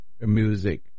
music